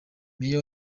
meya